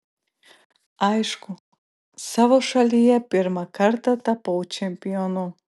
aišku savo šalyje pirmą kartą tapau čempionu